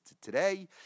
today